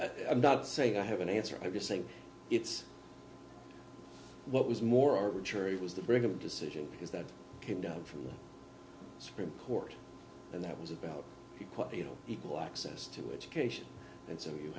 will i'm not saying i have an answer i'm just saying it's what was more arbitrary it was the brink of decision because that came down from the supreme court and that was about you know equal access to education and so you